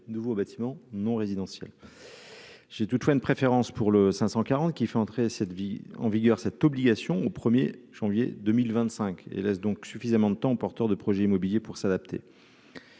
nouveaux bâtiments non résidentiels j'ai toutefois une préférence pour le 540 qui fait entrer cette vie en vigueur cette obligation, au 1er janvier 2025 et laisse donc suffisamment de temps, porteurs de projets immobiliers pour s'adapter,